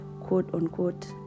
quote-unquote